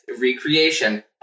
recreation